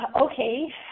Okay